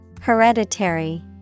Hereditary